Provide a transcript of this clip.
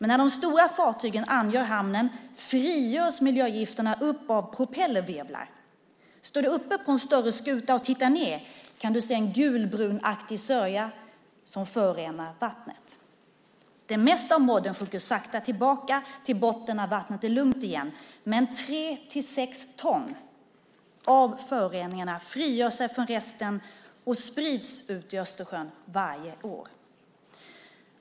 När de stora fartygen angör hamnen rörs miljögifterna upp av propellervirvlar. Står du uppe på en större skuta och tittar ner kan du se en gulbrunaktig sörja som förorenar vattnet. Det mesta av modden sjunker sakta tillbaka till botten när vattnet är lugnt igen, men tre-sex ton av föroreningarna frigör sig från resten och sprids ut i Östersjön varje år.